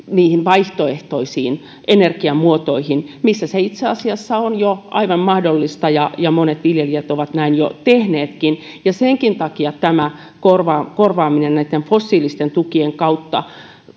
niihin vaihtoehtoisiin energiamuotoihin mikä itse asiassa on jo aivan mahdollista ja ja monet viljelijät ovat näin jo tehneetkin senkin takia tämä korvaaminen näitten fossiilisten tukien kautta